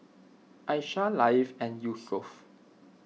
Aishah Latif and Yusuf